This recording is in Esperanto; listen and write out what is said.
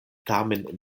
tamen